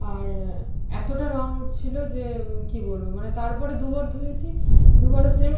আর এতটা রং উঠছিল যে কী বলব মানে তারপরে দুবার ধুয়েছি দুবারও সেম